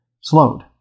slowed